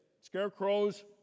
scarecrows